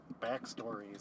backstories